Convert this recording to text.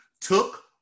took